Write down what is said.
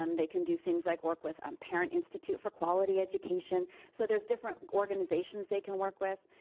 um they can do things like work with um parent institute for quality education. so there's different organizations they can work with.